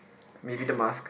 maybe the mask